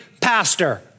pastor